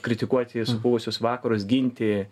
kritikuoti supuvusius vakarus ginti